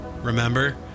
Remember